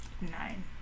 Nine